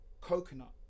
coconut